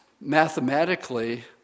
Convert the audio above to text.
Mathematically